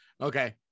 okay